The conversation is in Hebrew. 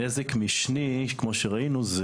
נזק משני כמו שראינו,